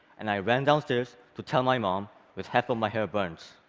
and i ran downstairs to tell my mom with half of my hair burned.